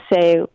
say